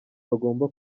bagomba